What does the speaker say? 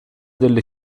delle